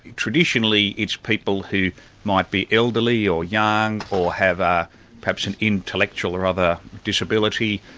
traditionally it's people who might be elderly, or young, or have ah perhaps an intellectual or other disability,